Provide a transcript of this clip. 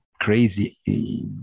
Crazy